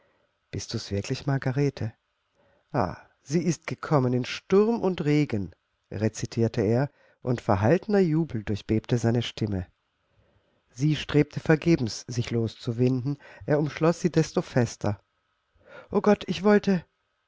bist du's wirklich margarete ah sie ist gekommen in sturm und regen recitierte er und verhaltener jubel durchbebte seine stimme sie strebte vergebens sich loszuwinden er umschloß sie desto fester o gott ich wollte